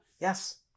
yes